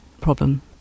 problem